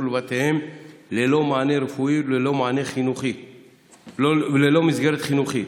לבתיהם ללא מענה רפואי וללא מסגרת חינוכית.